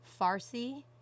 Farsi